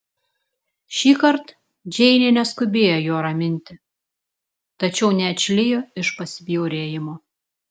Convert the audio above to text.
šįkart džeinė neskubėjo jo raminti tačiau neatšlijo iš pasibjaurėjimo